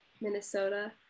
minnesota